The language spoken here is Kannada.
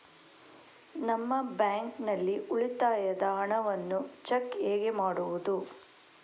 ನಮ್ಮ ಬ್ಯಾಂಕ್ ನಲ್ಲಿ ಉಳಿತಾಯದ ಹಣವನ್ನು ಚೆಕ್ ಹೇಗೆ ಮಾಡುವುದು?